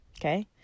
Okay